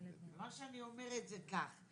מה שאני אומרת זה כך,